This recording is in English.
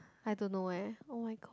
I don't know eh oh-my-god